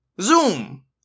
Zoom